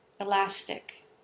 elastic